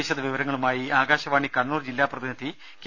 വിശദ വിവരങ്ങളുമായി ആകാശവാണി കണ്ണൂർ ജില്ലാ പ്രതിനിധി കെ